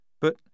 But